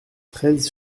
treize